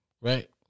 Right